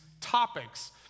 topics